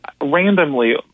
randomly